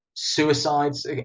suicides